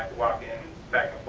walk in back